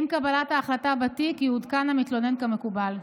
עם קבלת ההחלטה בתיק יעודכן המתלונן כמקובל.